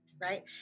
Right